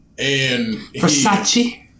Versace